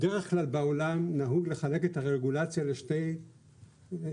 בדרך כלל בעולם נהוג לחלק את הרגולציה לשתי פונקציות,